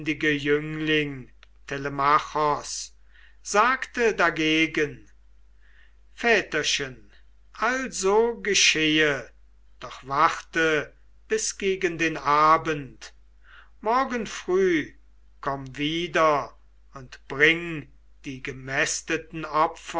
sagte dagegen väterchen also geschehe doch warte bis gegen den abend morgen früh komm wieder und bring die gemästeten